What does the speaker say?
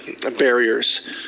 barriers